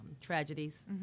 tragedies